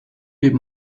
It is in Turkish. bir